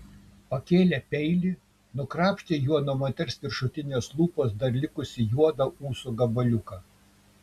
pakėlė peilį nukrapštė juo nuo moters viršutinės lūpos dar likusį juodą ūsų gabaliuką